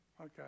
Okay